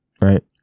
right